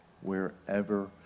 wherever